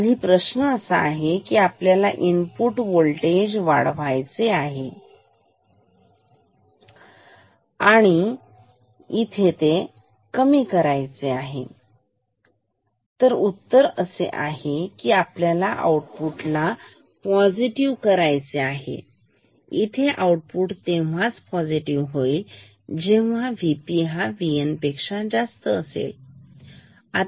तर आधी प्रश्न असा आहे की आपल्याला इनपुट वाढवायचे आहे की कमी करायचे आहे उत्तर असे आहे उत्तर असे आहे की आपल्याला आऊट फुटला पॉझिटिव्ह करायचे आहे इथे आउटपुट तेव्हाच पॉझिटिव्ह असेल जेव्हा V P V N असेल